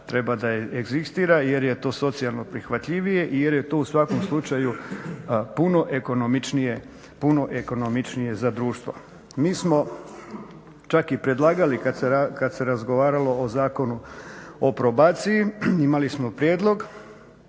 treba da egzistira jer je to socijalno prihvatljivije i jer je to u svakom slučaju puno ekonomičnije za društvo. Mi smo čak i predlagali kad se razgovaralo o Zakonu o probaciji, imali smo prijedlog